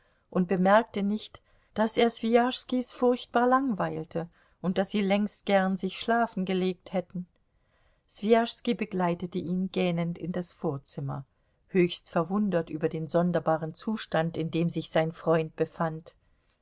und bemerkte nicht daß er swijaschskis furchtbar langweilte und daß sie längst gern sich schlafen gelegt hätten swijaschski begleitete ihn gähnend in das vorzimmer höchst verwundert über den sonderbaren zustand in dem sich sein freund befand